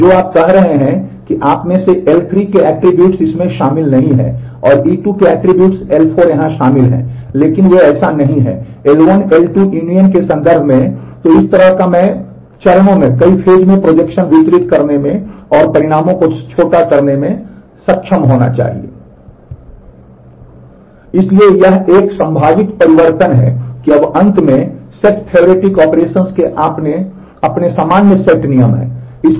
तो जो आप कह रहे हैं कि आप में से L3 के ऐट्रिब्यूट्स वितरित करने में और परिणामों को छोटा करने में सक्षम होना चाहिए